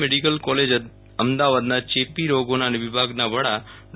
medical college અમદાવાદના ચેપી રોગોના વિભાગના વડા ડો